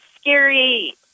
scary